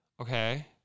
Okay